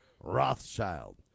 Rothschild